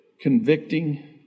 convicting